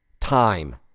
Time